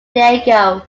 diego